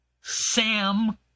Sam